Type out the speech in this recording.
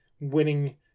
winning